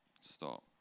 Stop